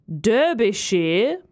Derbyshire